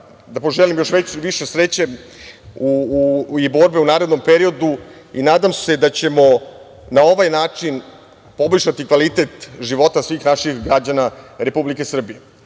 da poželim još više sreće i borbe u narednom periodu i nadam se da ćemo na ovaj način poboljšati kvalitet života svih naših građana Republike Srbije. Ovo